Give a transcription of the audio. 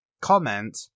comment